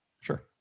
Sure